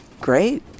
great